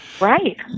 right